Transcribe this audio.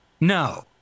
No